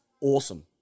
awesome